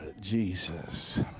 Jesus